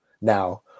Now